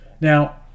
now